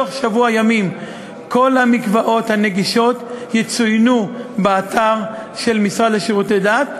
בתוך שבוע ימים כל המקוואות הנגישות יצוינו באתר של המשרד לשירותי דת,